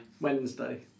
Wednesday